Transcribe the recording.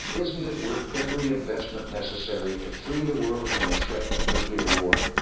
isn't it worth every investment necessary to free the world from the threat of nuclear war?